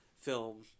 film